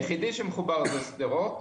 שדרות.